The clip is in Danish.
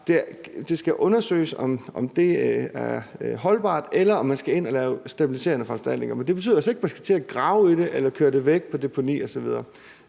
det skal undersøges, om det er holdbart, eller om man skal ind og lave stabiliserende foranstaltninger. Men det betyder altså ikke, at man skal til at grave i det eller køre det væk på deponi osv.